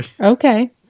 Okay